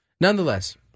Nonetheless